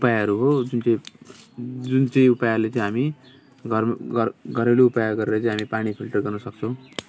उपायहरू हो जुन चाहिँ जुन चाहिँ उपायले चाहिँ हामी घर घर घरेलु उपाय गरेर चाहिँ हामी पानी फिल्टर गर्न सक्छौँ